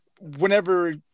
whenever